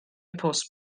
post